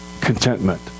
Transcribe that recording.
contentment